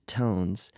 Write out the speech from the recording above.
tones